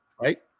Right